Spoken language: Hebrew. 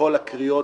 בכל הקריאות.